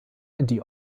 die